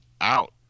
out